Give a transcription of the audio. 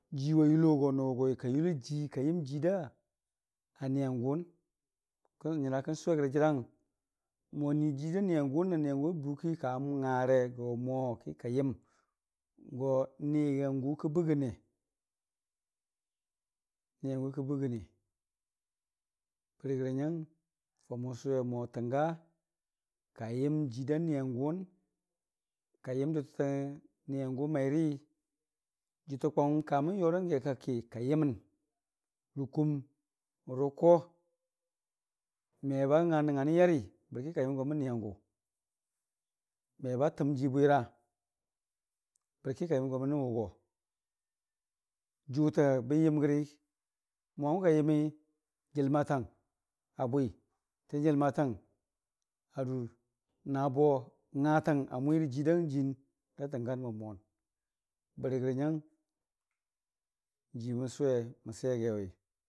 jiiwa ywogo nəwʊgoi, ka yulo jii ka yəm jiirda niyangʊ wʊn kən nyərakən sʊwe rəgə jərang mo a nuii jiirda niyang ʊwʊrri na niyangʊ abukika ngare go nioo ki ka yəm go niyangʊ kə bɨgɨne niyangʊ kə bɨgɨne, berigərənyang mən faʊmən sʊwe mo təngaa kayəm jiirda niyangʊwʊn kayərri dʊtəttə niyangʊmairi jʊtə kwang kamən yorangi a kakki ka yəmənrə kuumrə ko meba nga a nəngnganən yari bərki ka yəmgo mən niyangʊ me batən jii bwira bəki kəyəmgo mənəwʊgo, jʊtə bən yəm rəgi mo n'hangʊ ka yəmi jəlmatang abwitən jəlmatang a dur nabo ngatanga mwirə jiirdan jiin da təngan go moo bərigərə nyangjiimən sʊwei mən siya gaiwe.